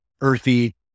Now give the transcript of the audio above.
earthy